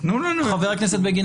תנו לנו --- חבר הכנסת בגין,